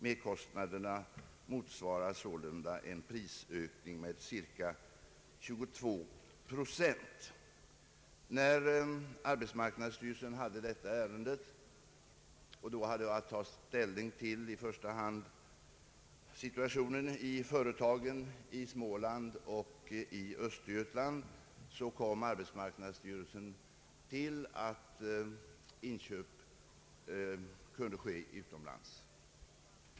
Merkostnaderna motsvarar sålunda en prisökning med cirka 22 procent. När arbetsmarknadsstyrelsen behandlade detta ärende och då hade att ta ställning till i första hand situationen för företagen i Småland och öÖstergötland, kom arbetsmarknadsstyrelsen till den slutsatsen att inköp kunde ske utomlands.